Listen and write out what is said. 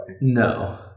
No